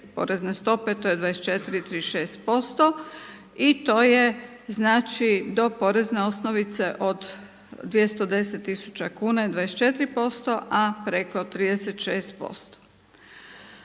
porezne stope, to je 24 i 36% i to je znači do porezne osnovice od 210 tisuća kuna je 24%, a preko 36%.